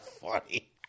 funny